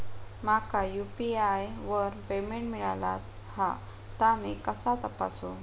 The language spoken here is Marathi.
माका यू.पी.आय वर पेमेंट मिळाला हा ता मी कसा तपासू?